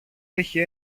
έχει